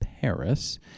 Paris